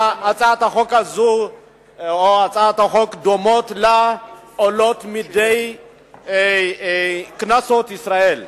הצעת החוק הזאת והצעות חוק דומות לה עולות מדי פעם בכנסות ישראל.